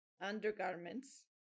undergarments